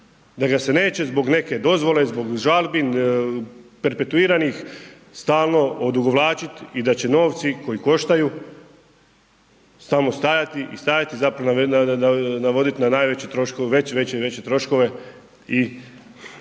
Da ga se neće zbog neke dozvole, zbog žalbi perpetuiranih stalo odugovlačit i da će novci koji koštaju samo stajati i stajati zapravo navodit na najveće troškove, veće i